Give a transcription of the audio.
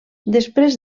després